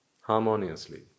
harmoniously